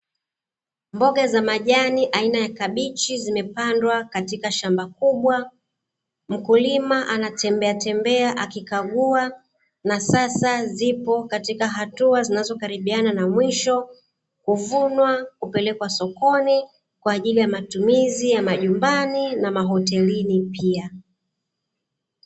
Mboga za majani aina ya kabachi nzimepandwa katika shamba kubwa, mkulima anatembea tembea akikagua na sasa zipo katika hatua zinazokaribiana na mwisho, kuvunwa kupelekwa sokoni na matumizi ya majumbani na mahotelini